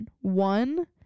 one